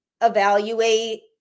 evaluate